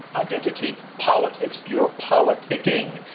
identity politics, your politicking.